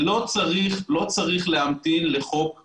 צריך להמתין לחוק גדול.